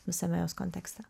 visame jos kontekste